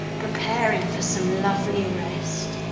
preparing for some lovely rest.